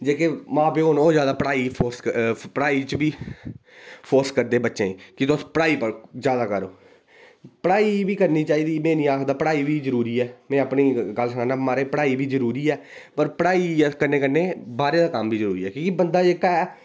जेह्के मां प्यो ना ओह् पढ़ाई च बी फोर्स करदे बच्चें गी कि तुस पढ़ाई उप्पर जैदा करो पढ़ाई बी करनी चाहिदी में नेईं आखदा पढ़ाई बी जरुरी ऐ में अपनी गल्ल सनान्ना माराज पढ़ाई बी जरुरी ऐ पर पढ़ाई अस कन्नै कन्नै बाह्रे दा कम्म बी जरुरी ऐ कि के बंदा जेह्का ऐ